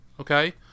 okay